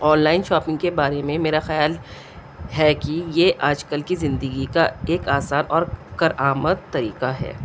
on line shopping کے بارے میں میرا خیال ہے کہ یہ آج کل کی زندگی کا ایک آسان اور کارآمد طریقہ ہے